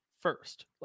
first